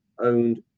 owned